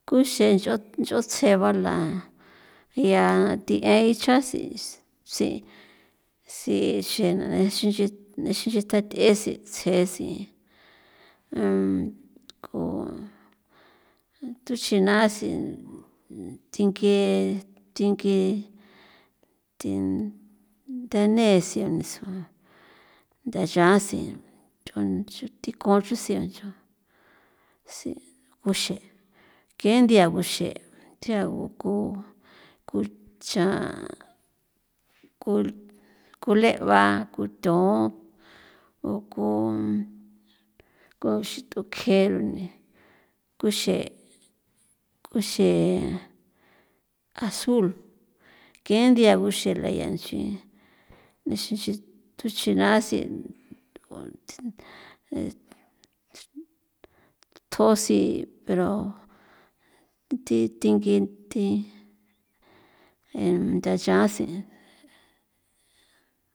Gunxe nch'o nch'o tsebala ya thi eicha si si si xe na xi nch'i xi nch'i xin tanth'e xe tsje si ko tuxina si thinke thinke thi ntha nesi nesua nthayasi th'on thi kosi guxe ke nthia guxe thia gu ku ku cha ku kule'ba kuthon o kuxe tukje rune kuxe kuxe azul ke nthia guxela ya nchi nixin thuchi naasi thjosi pero thi thingi thi en ntha a sen.